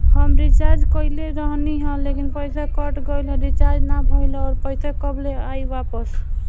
हम रीचार्ज कईले रहनी ह लेकिन पईसा कट गएल ह रीचार्ज ना भइल ह और पईसा कब ले आईवापस?